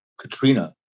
Katrina